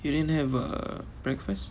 you didn't have uh breakfast